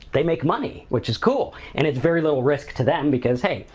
they make money, which is cool and at very little risk to them because, hey,